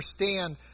understand